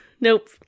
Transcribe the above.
Nope